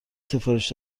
سفارش